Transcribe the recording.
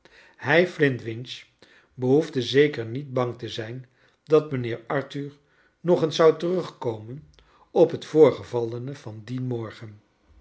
hij flintwinch behoefde zeker niet bang te zijn dat mijnheer arthur nog eens zou terugkomen op het voorgevallene van dien morgen